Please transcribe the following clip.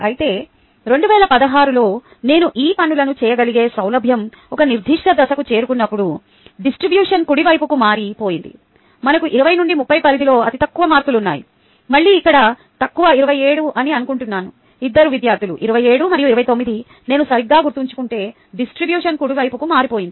అయితే 2016 లో నేను ఈ పనులను చేయగలిగే సౌలభ్యంలో ఒక నిర్దిష్ట దశకు చేరుకున్నప్పుడు డిస్ట్రిబ్యూషన్ కుడి వైపుకు మారిపోయింది మనకు 20 నుండి 30 పరిధిలో అతి తక్కువ మార్కులు ఉన్నాయి మళ్ళీ ఇక్కడ తక్కువ 27 అని అనుకుంటున్నాను ఇద్దరు విద్యార్థులు 27 మరియు 29 నేను సరిగ్గా గుర్తుంచుకుంటే డిస్ట్రిబ్యూషన్ కుడి వైపుకు మారిపోయింది